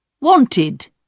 wanted